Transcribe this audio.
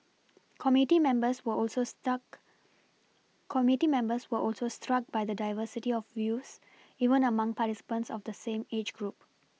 committee members were also stuck committee members were also struck by the diversity of views even among participants of the same age group